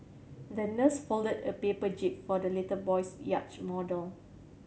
the nurse folded a paper jib for the little boy's yacht model